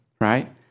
right